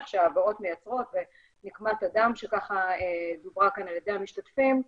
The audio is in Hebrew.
שהעבירות מייצרות ונקמת הדם שדוברה כאן על ידי המשתתפים.